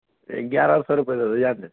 اگیارہ سو روپئے جو ہے سو جانے دیں